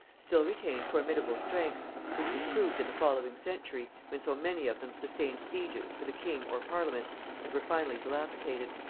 still retained formidable strength, which was proved in the following century, when so many of them sustained sieges for the king or parliament and were finally dilapidated.